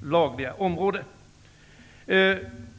lagarnas ram.